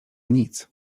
nic